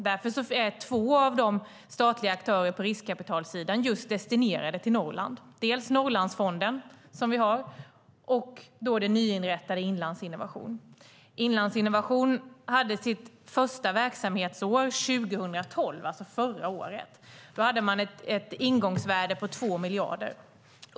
Därför är två av de statliga aktörerna på riskkapitalsidan just destinerade till Norrland, dels Norrlandsfonden, dels den nyinrättade Inlandsinnovation. Inlandsinnovation hade sitt första verksamhetsår 2012, alltså förra året. Då hade man ett ingångsvärde på 2 miljarder.